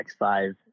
X5